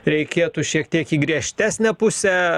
reikėtų šiek tiek į griežtesnę pusę